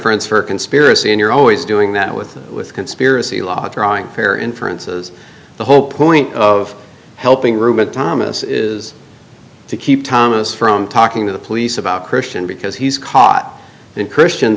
e for a conspiracy and you're always doing that with with conspiracy law drawing fair inference is the whole point of helping ruben thomas is to keep thomas from talking to the police about christian because he's caught in christian